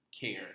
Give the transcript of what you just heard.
care